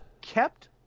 kept